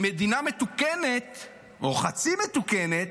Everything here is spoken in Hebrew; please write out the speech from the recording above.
במדינה מתוקנת, או חצי מתוקנת,